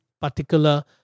particular